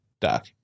doc